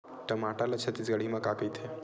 टमाटर ला छत्तीसगढ़ी मा का कइथे?